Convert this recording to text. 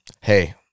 Hey